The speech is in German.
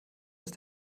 ist